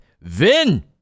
Vin